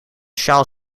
sjaal